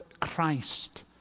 Christ